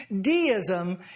deism